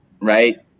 right